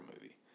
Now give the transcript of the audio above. movie